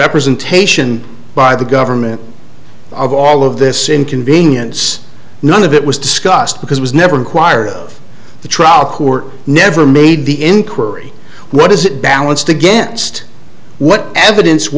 representation by the government of all of this inconvenience none of it was discussed because was never inquired of the trial court never made the inquiry what is it balanced against what evidence